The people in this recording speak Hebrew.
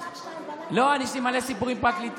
עד 02:00, יש לי מלא סיפורי פרקליטות.